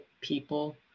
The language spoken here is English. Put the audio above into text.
people